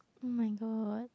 oh my god